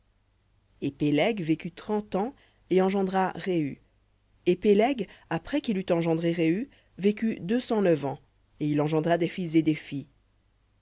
et péleg vécut trente ans et engendra rehu et péleg après qu'il eut engendré rehu vécut deux cent neuf ans et il engendra des fils et des filles